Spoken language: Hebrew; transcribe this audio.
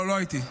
לא הייתי.